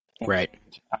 Right